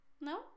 No